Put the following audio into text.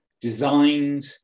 designed